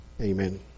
Amen